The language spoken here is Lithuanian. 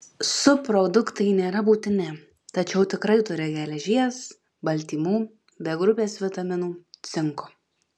subproduktai nėra būtini tačiau tikrai turi geležies baltymų b grupės vitaminų cinko